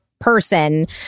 person